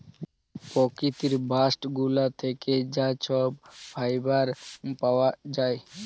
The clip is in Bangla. পকিতির বাস্ট গুলা থ্যাকে যা ছব ফাইবার পাউয়া যায়